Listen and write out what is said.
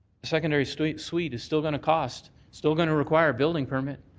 secondary suite suite is still going to cost still going to require a building permit.